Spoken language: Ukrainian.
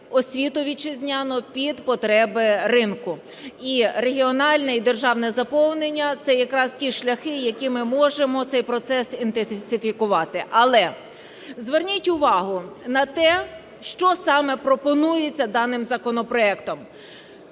освіту вітчизняну під потреби ринку. І регіональне і державне заповнення – це якраз ті шляхи, якими ми можемо цей процес інтенсифікувати. Але зверніть увагу на те, що саме пропонується даним законопроектом.